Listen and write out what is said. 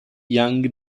young